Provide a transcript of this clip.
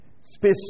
Space